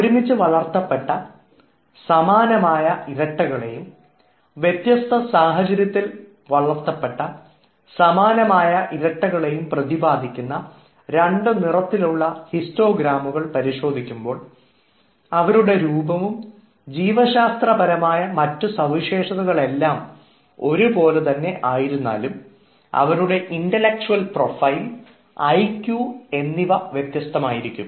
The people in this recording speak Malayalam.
ഒരുമിച്ച് വളർത്തപ്പെട്ട സമാനമായ ഇരട്ടകളെയും വ്യത്യസ്ത സാഹചര്യത്തിൽ വളർത്തപ്പെട്ട സമാനമായ ഇരട്ടകളെയും പ്രതിപാദിക്കുന്ന രണ്ട് നിറത്തിലുള്ള ഹിസ്റ്റോഗ്രാമുകൾ പരിശോധിക്കുമ്പോൾ അവരുടെ രൂപവും ജീവശാസ്ത്രപരമായ മറ്റ് സവിശേഷതകൾ എല്ലാം ഒരു പോലെ തന്നെ ആയിരുന്നാലും അവരുടെ ഇന്റലക്ച്വൽ പ്രൊഫൈൽ ഐ ക്യു എന്നിവ വ്യത്യസ്തമായിരിക്കും